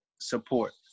support